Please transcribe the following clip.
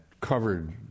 covered